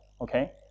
okay